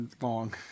long